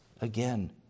again